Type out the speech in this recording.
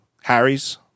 Harry's